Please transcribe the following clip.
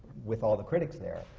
with all the critics there,